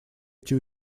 эти